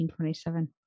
1927